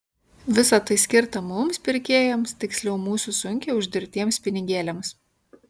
visa tai skirta mums pirkėjams tiksliau mūsų sunkiai uždirbtiems pinigėliams